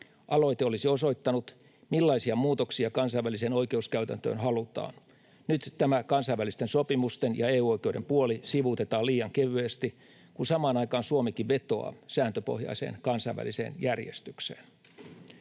Aloite olisi osoittanut, millaisia muutoksia kansainväliseen oikeuskäytäntöön halutaan. Nyt tämä kansainvälisten sopimusten ja EU-oikeuden puoli sivuutetaan liian kevyesti, kun samaan aikaan Suomikin vetoaa sääntöpohjaiseen kansainväliseen järjestykseen.